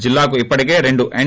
జిల్లాకు ఇప్పటికే రెండు ఎస్